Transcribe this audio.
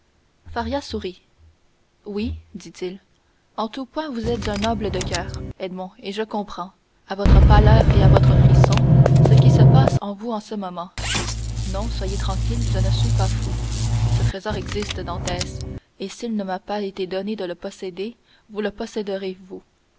faria sourit oui dit-il en tout point vous êtes un noble coeur edmond et je comprends à votre pâleur et à votre frisson ce qui se passe en vous en ce moment non soyez tranquille je ne suis pas fou ce trésor existe dantès et s'il ne m'a pas été donné de le posséder vous le posséderez vous